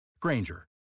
granger